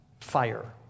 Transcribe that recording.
fire